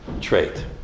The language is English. trait